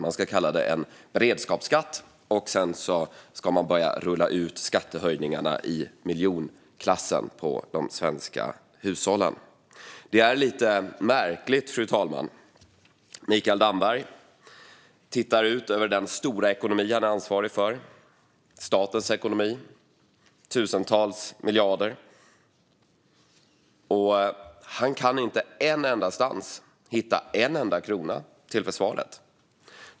Man ska kalla det en beredskapsskatt, och sedan ska man börja rulla ut skattehöjningarna i miljonklassen på de svenska hushållen. Det är lite märkligt, fru talman. Mikael Damberg tittar ut över den stora ekonomi han är ansvarig för, statens ekonomi. Det är tusentals miljarder. Han kan inte någon enda stans hitta en enda krona till försvaret.